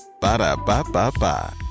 Ba-da-ba-ba-ba